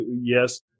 yes